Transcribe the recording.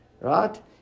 Right